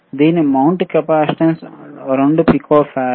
దీని mount capacitance 2 pico farad